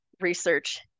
research